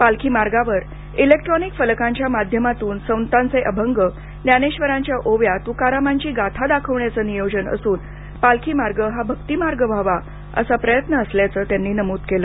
पालखी मार्गावर इलेक्ट्रॉनिक फलकांच्या माध्यमातून संतांचे अभंग ज्ञानेबरांच्या ओव्या तुकारामांची गाथा दाखवण्याचं नियोजन असून पालखी मार्ग हा भक्तिमार्ग व्हावा असा प्रयत्न असल्याचं त्यांनी नमूद केलं